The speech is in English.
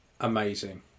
amazing